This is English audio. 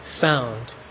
found